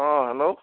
অ' hello